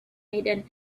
made